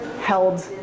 held